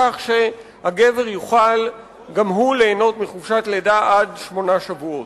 כך שהגבר יוכל גם הוא ליהנות מחופשת לידה עד שמונה שבועות.